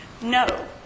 No